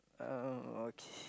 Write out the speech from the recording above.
uh okay